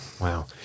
wow